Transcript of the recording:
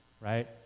right